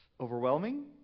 overwhelming